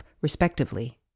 respectively